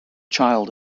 child